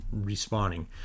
respawning